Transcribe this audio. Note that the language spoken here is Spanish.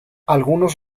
algunos